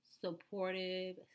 supportive